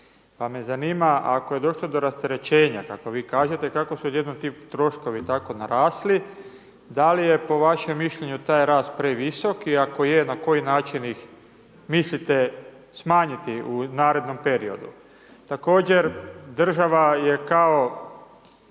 Pa me zanima, ako je došlo do rasterećenja kako vi kažete, kako su odjednom ti troškovi tako narasli, da li je po vašem mišljenju taj rast previsok i ako je, na koji način ih mislite smanjiti u narednom periodu? Također država je kao